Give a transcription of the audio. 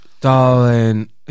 darling